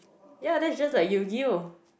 ya that's just like yu-gi-oh